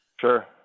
sure